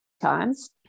times